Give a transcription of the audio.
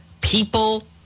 people